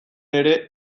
ere